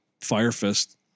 Firefist